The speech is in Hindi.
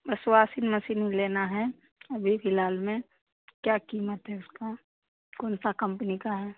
बस वाशिंग मशीन लेना है अभी फ़िलहाल में क्या कीमत है उसका कौनसा कंपनी का है